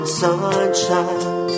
sunshine